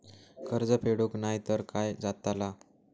कर्ज फेडूक नाय तर काय जाताला?